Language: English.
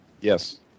Yes